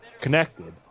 connected